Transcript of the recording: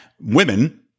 women